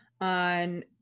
on